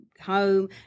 home